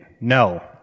No